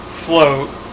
Float